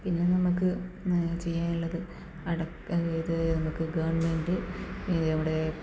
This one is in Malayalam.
പിന്നെ നമുക്ക് ചെയ്യാനുള്ളത് അടയ്ക്ക ഇത് നമുക്ക് ഗവൺമെന്റ് നമ്മുടെ